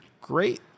great